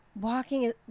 walking